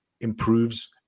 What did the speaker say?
improves